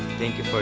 thank you. but